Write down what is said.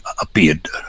appeared